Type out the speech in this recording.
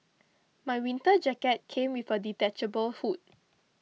my winter jacket came with a detachable hood